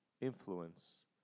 influence